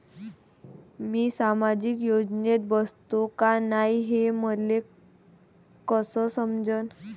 मी सामाजिक योजनेत बसतो का नाय, हे मले कस समजन?